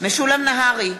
משולם נהרי,